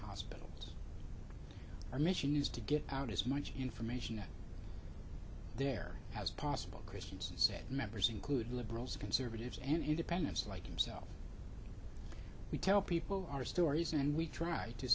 hospitals our mission is to get out as much information out there as possible christianson said members include liberals conservatives and independents like yourself we tell people our stories and we try to